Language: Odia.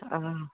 ହଁ